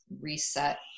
reset